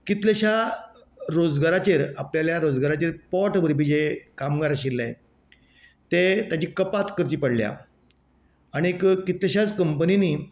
कितल्याश्या रोजगाराचेर आपल्याल्या रोजगाराचेर पोट भरपी जे कामगार आशिल्ले ते ताजी कपात करची पडल्या आनीक कितलेश्याच कंपनिनी